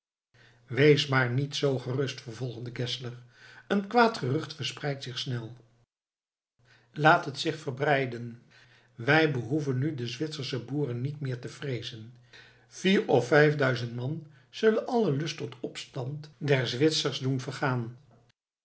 wees maar niet zoo gerust vervolgde geszler een kwaad gerucht verbreidt zich snel laat het zich verbreiden wij behoeven nu de zwitsersche boeren niet meer te vreezen vier of vijfduizend man zullen allen lust tot opstand der zwitsers doen vergaan